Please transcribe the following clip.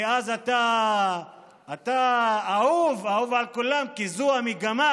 אתה אהוב, אהוב על כולם, כי זו המגמה,